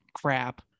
crap